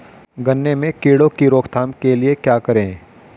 गन्ने में कीड़ों की रोक थाम के लिये क्या करें?